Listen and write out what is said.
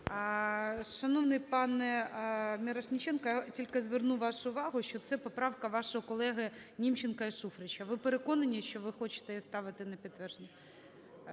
Шановний пане Мірошниченко, я тільки зверну вашу увагу, що це поправка вашого колеги Німченка і Шуфрича. Ви переконані, що ви хочете її ставити на підтвердження?